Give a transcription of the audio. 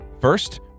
First